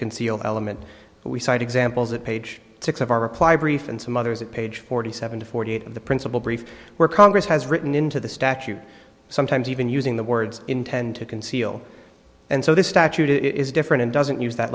conceal the element we cite examples at page six of our reply brief and some others at page forty seven forty eight of the principal brief where congress has written into the statute sometimes even using the words intend to conceal and so the statute is different and doesn't use that